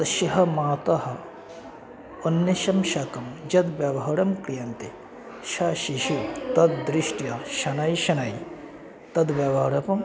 तस्य माता अन्येषं साकं यद्व्यवहारं क्रियन्ते सः शिशुः तद्दृष्ट्या शनैः शनैः तद्व्यवहारं